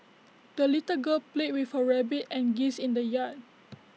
the little girl played with her rabbit and geese in the yard